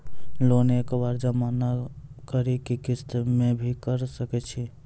Loan एक बार जमा म करि कि किस्त मे भी करऽ सके छि?